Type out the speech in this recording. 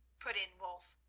put in wulf.